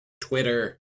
Twitter